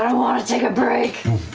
um want to take a break!